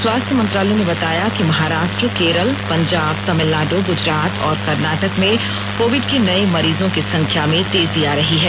स्वास्थ्य मंत्रालय ने बताया कि महाराष्ट्र केरल पंजाब तमिलनाडु गुजरात और कर्नाटक में कोविड के नये मरीजों की संख्या में तेजी आ रही है